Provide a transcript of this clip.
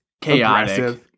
Chaotic